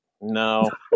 no